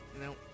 No